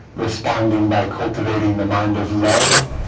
responding by cultivating the mind of love